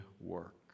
work